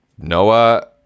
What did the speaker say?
Noah